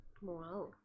Wow